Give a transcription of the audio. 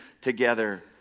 together